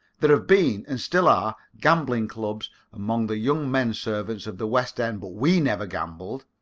there have been, and still are, gambling clubs among the younger men-servants of the west-end, but we never gambled.